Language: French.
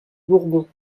bourbons